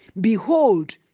behold